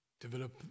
develop